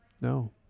no